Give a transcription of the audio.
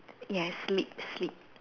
yes sleep sleep